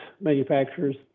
manufacturers